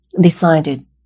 decided